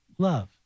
love